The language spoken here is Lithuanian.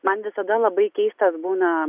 man visada labai keistas būna